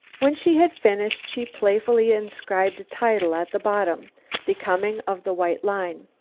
when she had finished, she playfully inscribed a title at the bottom the coming of the white line.